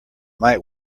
might